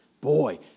Boy